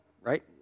right